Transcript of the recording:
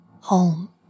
Home